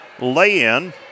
lay-in